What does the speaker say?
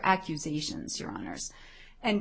accusations or honors and